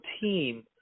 team